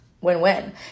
Win-win